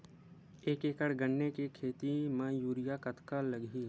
एक एकड़ गन्ने के खेती म यूरिया कतका लगही?